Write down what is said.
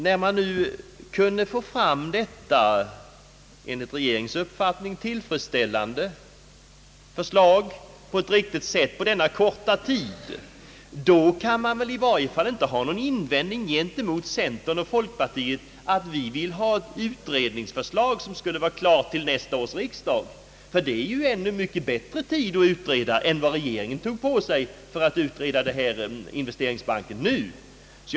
När man kunnat få fram detta enligt regeringens uppfattning tillfredsställande förslag på denna korta tid, kan man väl inte ha någon invändning mot centerns och folkpartiets begäran om en utredning som skulle vara klar till nästa års riksdag. Man skulle ha mycket bättre tid på sig för den utredningen än den tid regeringen använt för att utreda det förslag som nu framlagts.